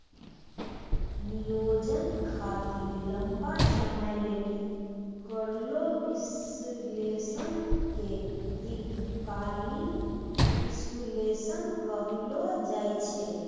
नियोजन खातिर लंबा समय लेली करलो विश्लेषण के दीर्घकालीन विष्लेषण कहलो जाय छै